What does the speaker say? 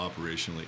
operationally